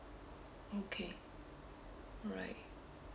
okay alright